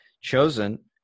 chosen